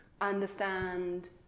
understand